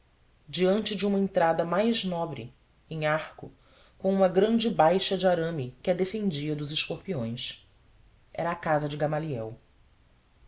diante de uma entrada mais nobre em arco com uma grande baixa de arame que a defendia dos escorpiões era a casa de gamaliel